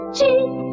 Cheese